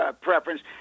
preference